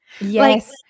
Yes